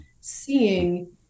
seeing